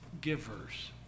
Givers